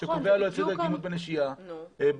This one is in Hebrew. שקובע לו את סדר הקדימות בנשייה ואם